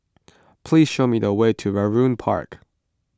please show me the way to Vernon Park